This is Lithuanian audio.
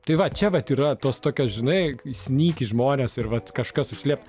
tai va čia vat yra tos tokios žinai snyki žmonės ir vat kažkas užslėpta